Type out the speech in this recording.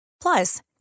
Plus